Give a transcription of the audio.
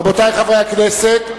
רבותי חברי הכנסת,